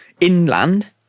inland